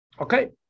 Okay